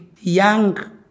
young